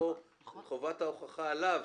חובת ההוכחה עליו.